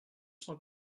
cent